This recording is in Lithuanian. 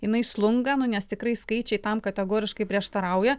jinai slunga nu nes tikrai skaičiai tam kategoriškai prieštarauja